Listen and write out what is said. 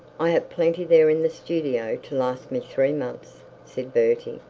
i have plenty there in the studio to last me three months said bertie.